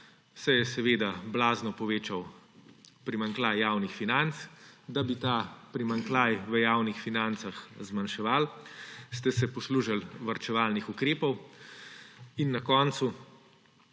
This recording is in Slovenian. se je seveda blazno povečal primanjkljaj javnih financ. Da bi ta primanjkljaj v javnih financah zmanjševali, ste se poslužili varčevalnih ukrepov in na koncu